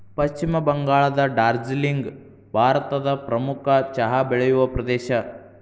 ಪಶ್ಚಿಮ ಬಂಗಾಳದ ಡಾರ್ಜಿಲಿಂಗ್ ಭಾರತದ ಪ್ರಮುಖ ಚಹಾ ಬೆಳೆಯುವ ಪ್ರದೇಶ